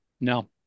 no